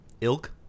Ilk